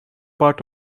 part